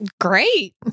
Great